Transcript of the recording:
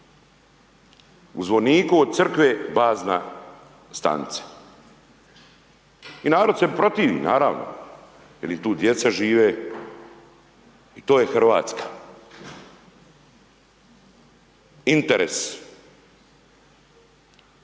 U zvoniku od crkve je bazna stanica. I narod se protivi naravno, jer i tu djeca žive, to je Hrvatska. Interes,